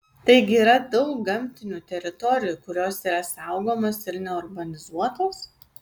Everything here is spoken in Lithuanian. taigi yra daug gamtinių teritorijų kurios yra saugomos ir neurbanizuotos